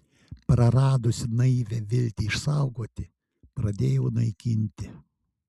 praradusi naivią viltį išsaugoti pradėjau naikinti